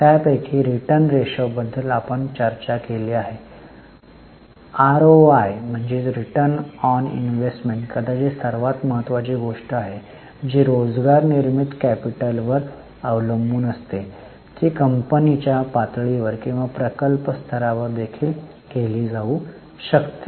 त्यापैकी return ratio बद्दल आपण चर्चा केली आहे आरओआय कदाचित सर्वात महत्वाची गोष्ट आहे जी रोजगार निर्मित कॅपिटलवर अवलंबून असते ती कंपनीच्या पातळीवर किंवा प्रकल्प स्तरावर देखील केली जाऊ शकते